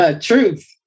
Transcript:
Truth